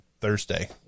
Thursday